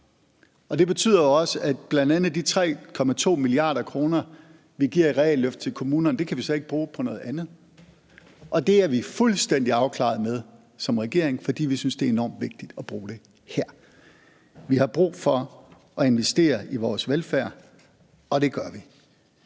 Det betyder også, at bl.a. de 3,2 mia. kr., vi giver i realløft til kommunerne, kan vi så ikke bruge på noget andet, og det er vi fuldstændig afklarede med som regering, fordi vi synes, det er enormt vigtigt at bruge det her. Vi har brug for at investere i vores velfærd, og det gør vi.